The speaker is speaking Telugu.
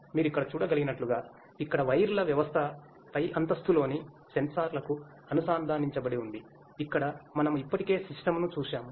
మీరు ఇక్కడ చూడగలిగినట్లుగా ఇక్కడ వైర్ల వ్యవస్థ పై అంతస్తులోని సెన్సార్ లకు అనుసంధానించబడి ఉంది ఇక్కడ మనము ఇప్పటికే సిస్టమ్ను చూశాము